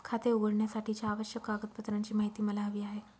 खाते उघडण्यासाठीच्या आवश्यक कागदपत्रांची माहिती मला हवी आहे